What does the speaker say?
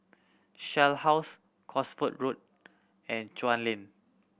Shell House Cosford Road and Chuan Lane